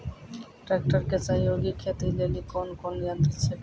Tractor के सहयोगी खेती लेली कोन कोन यंत्र छेकै?